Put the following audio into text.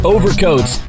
Overcoats